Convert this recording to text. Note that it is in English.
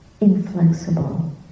inflexible